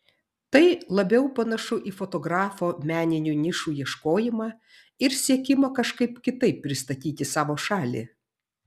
tai labiau panašu į fotografo meninių nišų ieškojimą ir siekimą kažkaip kitaip pristatyti savo šalį